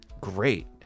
great